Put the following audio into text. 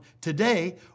Today